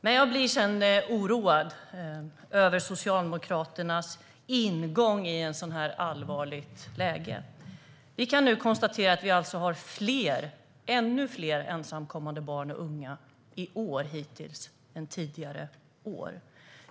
Men jag blir sedan oroad över Socialdemokraternas ingång i ett sådant här allvarligt läge. Vi kan nu konstatera att vi har ännu fler ensamkommande barn och unga hittills i år än tidigare år.